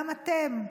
גם אתם,